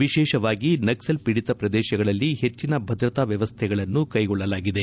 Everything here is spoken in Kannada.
ವಿಶೇಷವಾಗಿ ನಕ್ಸಲ್ ಪೀದಿತ ಪ್ರದೇಶಗಳಲ್ಲಿ ಹೆಚ್ಚಿನ ಭದ್ರತಾ ವ್ಯವಸ್ಥೆಗಳನ್ನು ಕೈಗೊಳ್ಳಲಾಗಿದೆ